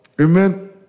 Amen